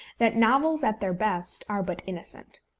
that novels at their best are but innocent.